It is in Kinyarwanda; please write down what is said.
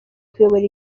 kuyobora